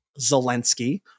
Zelensky